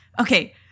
Okay